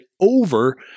over